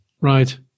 right